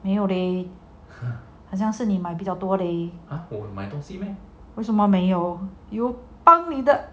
没有 leh 好像是你 might 比较多 they are my consuming 为什么没有有帮你的